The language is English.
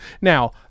Now